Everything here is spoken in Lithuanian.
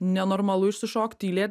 nenormalu išsišokt tylė